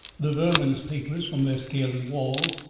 the verminous papers from their scaly walls,